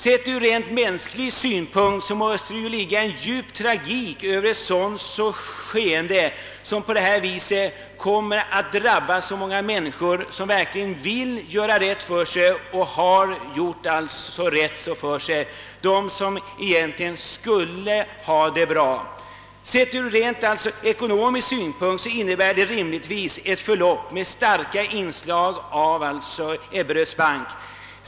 Sett ur rent mänsklig synpunkt ligger det en djup tragik över ett sådant skeende, som på detta sätt kommer att drabba så många människor, som verkligen har gjort och vill göra rätt för sig och som är de som egentligen skulle ha det bra. Sett ur rent ekonomisk synpunkt innebär det rimligtvis ett förlopp med starka inslag av Ebberöds bank.